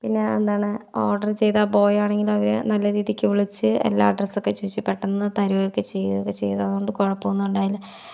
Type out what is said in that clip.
പിന്നെ എന്താണ് ഓർഡർ ചെയ്ത ആ ബോയ് ആണെങ്കിൽ അവർ നല്ല രീതിക്ക് വിളിച്ച് എല്ലാ അഡ്രസ്സൊക്കെ ചോദിച്ച് പെട്ടെന്ന് തരികയൊക്കെ ചെയ്തു ചെയ്തതു കൊണ്ട് കുഴപ്പമൊന്നും ഉണ്ടായില്ല